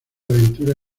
aventura